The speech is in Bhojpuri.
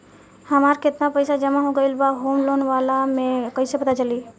हमार केतना पईसा जमा हो गएल बा होम लोन वाला मे कइसे पता चली?